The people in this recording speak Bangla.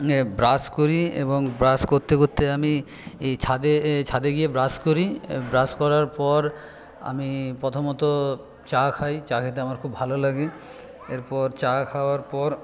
ব্রাশ করি এবং ব্রাশ করতে করতে আমি ছাদে ছাদে গিয়ে ব্রাশ করি ব্রাশ করার পর আমি প্রথমত চা খাই চা খেতে আমার খুব ভালো লাগে এরপর চা খাওয়ার পর